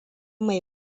mai